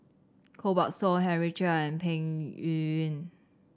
Koh Buck Song Henry Chia and Peng Yuyun